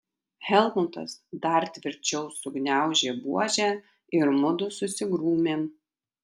helmutas dar tvirčiau sugniaužė buožę ir mudu susigrūmėm